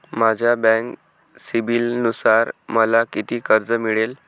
माझ्या बँक सिबिलनुसार मला किती कर्ज मिळेल?